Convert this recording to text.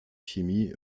chemie